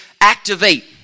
activate